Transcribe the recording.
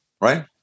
right